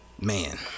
man